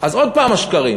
אז עוד הפעם השקרים.